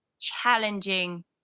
challenging